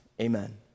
Amen